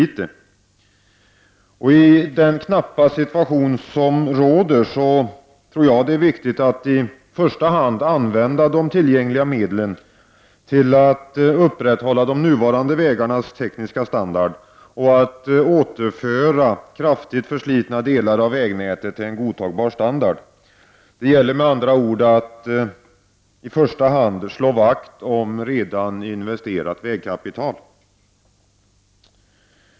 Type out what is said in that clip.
I den situation som råder, med knappa ekonomiska resurser, tror jag det är viktigt att i första hand använda de tillgängliga medlen till att upprätthålla de nuvarande vägarnas tekniska standard samt att återföra kraftigt förslitna delar av vägnätet till en godtagbar standard. Det gäller med andra ord att i första hand slå vakt om redan investerat vägkapital.